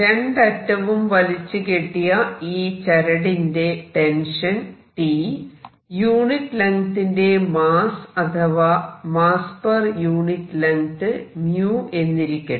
രണ്ടറ്റവും വലിച്ചു കെട്ടിയ ഈ ചരടിന്റെ ടെൻഷൻ T യൂണിറ്റ് ലെങ്ങ്തിന്റെ മാസ്സ് അഥവാ മാസ്സ് പെർ യൂണിറ്റ് ലെങ്ത് 𝜇 എന്നിരിക്കട്ടെ